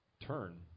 turn